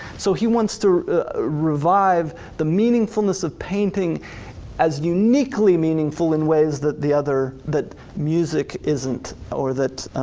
so he wants to revive the meaningfulness of painting as uniquely meaningful in ways that the other that music isn't or that